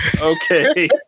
Okay